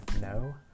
No